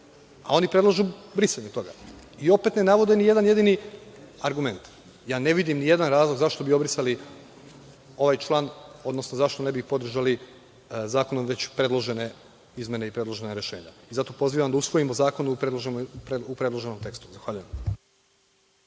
a oni predlažu brisanje toga. Opet ne navode ni jedan jedini argument. Ja ne vidim ni jedan jedini razlog zašto bi obrisali ovaj član, odnosno zašto ne bi podržali zakonom već predložene izmene i predložena rešenja. Zato pozivam da usvojimo zakon u predloženom tekstu. Zahvaljujem.